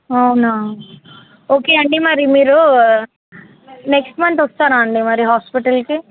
అవునా ఓకే అండి మరి మీరు నెక్స్ట్ మంత్ వస్తారా అండి మరి హాస్పిటల్కి